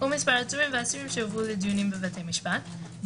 ומספר העצורים והאסירים שהובאו לדיונים בבתי משפט,(ג)